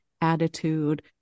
attitude